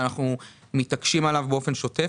אבל אנחנו מתעקשים עליו באופן שוטף.